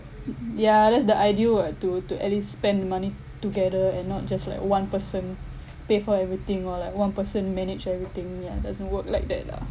ya that's the ideal [what] to to at least spend the money together and not just like one person pay for everything or like one person manage everything ya doesn't work like that lah